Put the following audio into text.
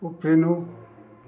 उफ्रिनु